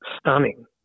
stunning